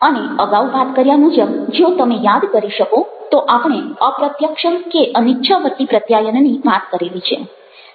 અને અગાઉ વાત કર્યા મુજબ જો તમે યાદ કરી શકો તો આપણે અપ્રત્યક્ષ કે અનીચ્છાવર્તી પ્રત્યાયનની વાત કરેલી છે